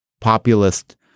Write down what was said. populist